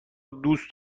دوست